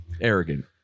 Arrogant